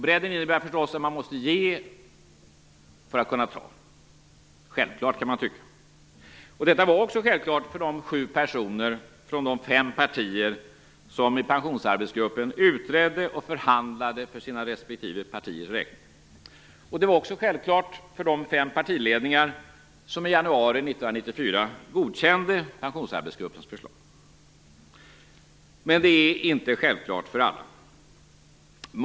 Bredd innebär förstås att man måste ge för att kunna ta. Det är självklart, kan man tycka. Detta var också självklart för de sju personer från de fem partier som i pensionsarbetsgruppen utredde och förhandlade för sina respektive partiers räkning. Det var också självklart för de fem partiledningar som i januari 1994 godkände pensionarbetsgruppens förslag. Men det är inte självklart för alla.